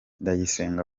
ndayisenga